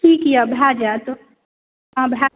ठीक अइ हँ भऽ जाएत हँ भऽ